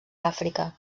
àfrica